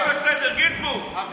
היא בסדר, גינזבורג, אתה,